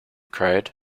cried